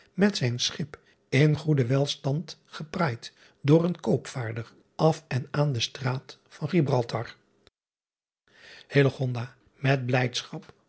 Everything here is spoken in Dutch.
met zijn schip in goeden welstand gepraaid door een oopvaarder af en aan de straat van ibraltar et blijdschap